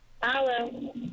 Hello